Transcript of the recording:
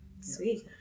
sweet